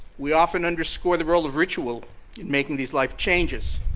we often underscore the role of ritual in making these life changes.